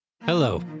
Hello